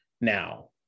now